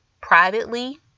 privately